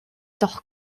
doch